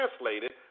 translated